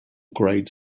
grades